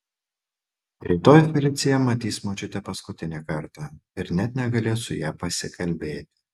rytoj felicija matys močiutę paskutinį kartą ir net negalės su ja pasikalbėti